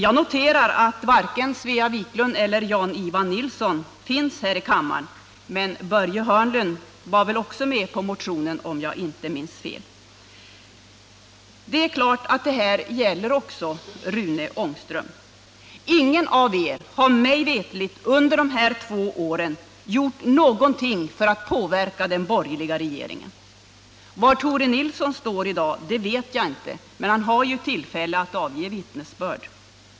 Jag noterar att varken Svea Wiklund eller Jan-Ivan Nilsson är närvarande i kammaren, men Börje Hörnlund var också med på motionen, om jag inte minns fel. Det är klart att det här också gäller Rune Ångström. Ingen av er har, mig veterligt, under de här två åren gjort någonting för att påverka den borgerliga regeringen. Var Tore Nilsson står i dag vet jag inte. Men han har ju tillfälle att avge vittnesbörd.